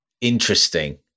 Interesting